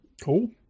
Cool